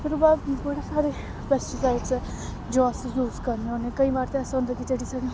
ओह्दे बाद बड़े सारे पैस्टीसाइडस ऐ जो अस यूज करने होन्ने केईं बार ते ऐसा होंदा कि जेह्ड़ी साढ़ी